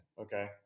okay